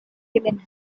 killing